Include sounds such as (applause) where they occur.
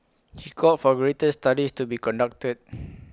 he called for greater studies to be conducted (noise)